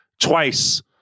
twice